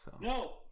No